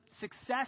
success